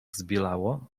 zbielało